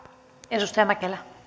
arvoisa puhemies